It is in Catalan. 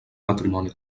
patrimoni